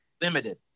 Limited